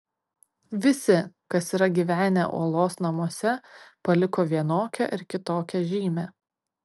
visi kas yra gyvenę uolos namuose paliko vienokią ar kitokią žymę